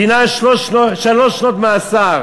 דינה שלוש שנות מאסר.